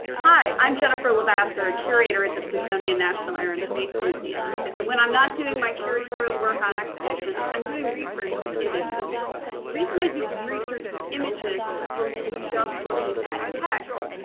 hi, i'm jennifer lavaseur, curator at the smithsonian national air and space museum. and when i'm not doing my curatorial work on exhibitions, i'm doing research with images. the reason i do research with images, as opposed to just looking at text,